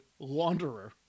launderer